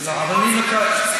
אדוני השר.